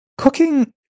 cooking